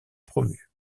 promu